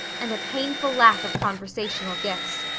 and a painful lack of conversational gifts.